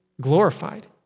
glorified